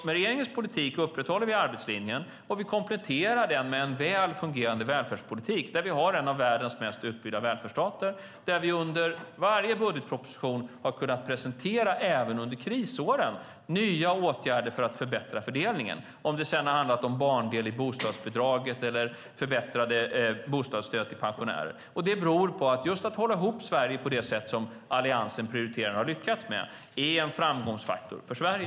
Med regeringens politik upprätthåller vi arbetslinjen, och vi kompletterar den med en väl fungerande välfärdspolitik. Vi har en av världens mest utbyggda välfärdsstater, där vi under varje budgetproposition - även under krisåren - har kunnat presentera nya åtgärder för att förbättra fördelningen. Det har handlat om till exempel barndel i bostadsbidraget eller förbättrade bostadsstöd till pensionärer. Det beror på att prioriteringen att hålla ihop Sverige, som Alliansen har lyckats med, är en framgångsfaktor för Sverige.